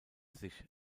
sich